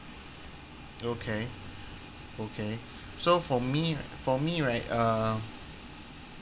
okay okay so for me for me right uh